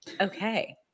Okay